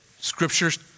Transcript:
scriptures